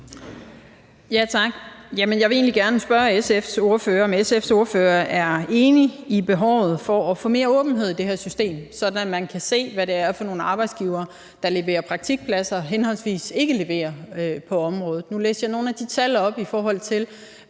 egentlig gerne spørge SF's ordfører, om hun er enig i, at der er et behov for at få mere åbenhed i det her system, sådan at man kan se, hvad det er for nogle arbejdsgivere, der henholdsvis leverer praktikpladser og ikke leverer på området. Nu læste jeg nogle tal op bare i forhold til